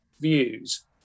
views